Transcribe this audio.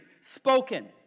spoken